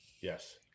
yes